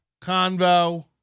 Convo